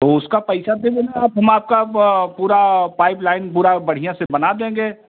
तो उसका पैसा दे देना आप हम आपका ब पूरा पाइप लाइन पूरा बढ़ियाँ से बना देंगे